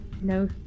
no